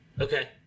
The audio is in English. Okay